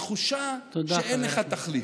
התחושה שאין לך תחליף.